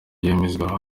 yemezwa